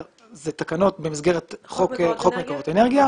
אלה תקנות במסגרת חוק דירוג אנרגיה.